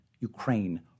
Ukraine